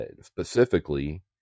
specifically